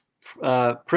print